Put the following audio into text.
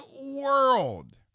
world